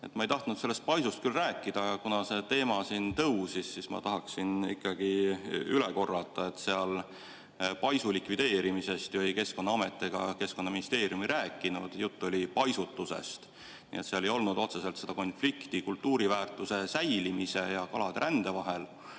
Ma ei tahtnud küll sellest paisust rääkida, aga kuna see teema siin tõusis, siis ma tahaksin ikkagi üle korrata, et paisu likvideerimisest ju ei Keskkonnaamet ega Keskkonnaministeerium ei rääkinud. Jutt oli paisutusest. Nii et seal ei olnud otseselt seda konflikti kultuuriväärtuse säilimise ja kalade rände vahel.